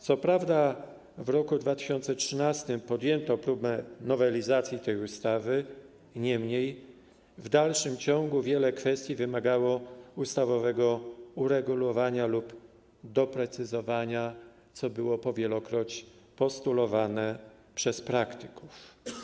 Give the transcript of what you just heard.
Co prawda w roku 2013 podjęto próbę nowelizacji tej ustawy, niemniej w dalszym ciągu wiele kwestii wymagało ustawowego uregulowania lub doprecyzowania, co było po wielokroć postulowane przez praktyków.